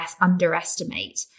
underestimate